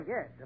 Yes